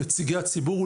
נציגי הציבור,